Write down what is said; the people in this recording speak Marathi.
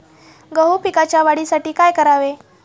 गहू पिकाच्या वाढीसाठी काय करावे?